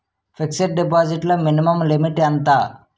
Fixed deposit లో minimum limit ఎంత?